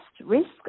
risk